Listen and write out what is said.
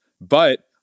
But-